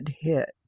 hit